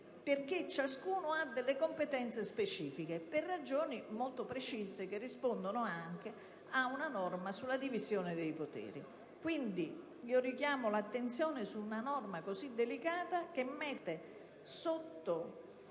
perché ciascuno ha delle competenze specifiche, per ragioni molto precise che rispondono anche al principio sulla divisione dei poteri. Quindi richiamo l'attenzione su una norma così delicata, che mette sotto